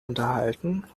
unterhalten